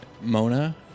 Mona